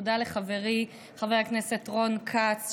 תודה לחברי חבר הכנסת רון כץ,